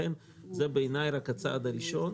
לכן זה בעיניי רק הצעד הראשון,